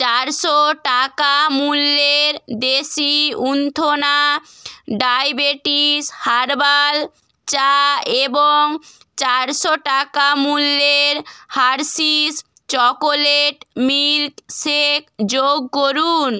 চারশো টাকা মূল্যের দেশি উত্থান ডায়বেটিস হার্বাল চা এবং চারশো টাকা মূল্যের হার্শিস চকোলেট মিল্ক শেক যোগ করুন